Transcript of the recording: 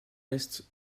est